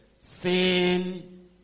sin